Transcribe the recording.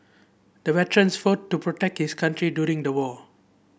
the veteran fought to protect his country during the war